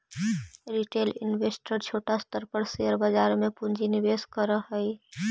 retail investor छोटा स्तर पर शेयर बाजार में पूंजी निवेश करऽ हई